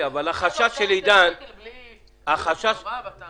משרד האוצר נותן שקל בלי להיות מעורב?